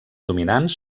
dominants